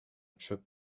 trip